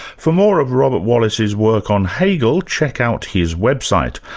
for more of robert wallace's work on hegel, check out his website.